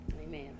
Amen